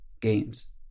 games